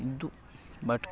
ಇದು ಬಟ್